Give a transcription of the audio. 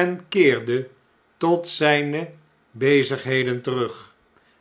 en keerde tot zjjne bezigheden terug